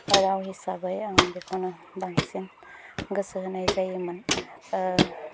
राव हिसाबै आं बेखौनो बांसिन गोसो होनाय जायोमोन